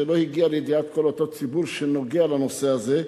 וזה לא הגיע לידיעת כל אותו ציבור שנוגע לנושא הזה.